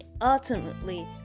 ultimately